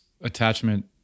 attachment